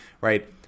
right